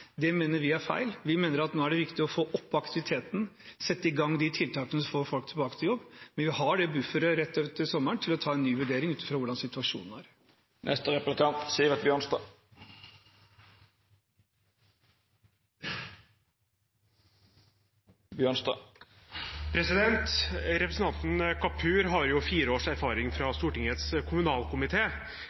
mener vi er feil. Vi mener at nå er det viktig å få opp aktiviteten og sette i gang de tiltakene som får folk tilbake i jobb. Men vi har den bufferen rett over sommeren til å ta en ny vurdering av hvordan situasjonen er. Representanten Kapur har jo fire års erfaring fra Stortingets